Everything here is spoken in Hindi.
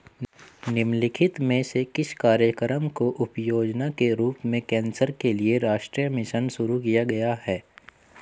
निम्नलिखित में से किस कार्यक्रम को उपयोजना के रूप में कैंसर के लिए राष्ट्रीय मिशन शुरू किया गया है?